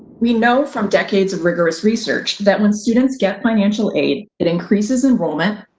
we know from decades of rigorous research that when students get financial aid, it increases enrollment,